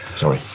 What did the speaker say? sorry.